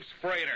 freighter